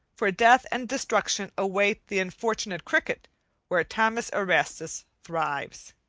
for death and destruction await the unfortunate cricket where thomas erastus thrives.